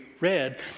Read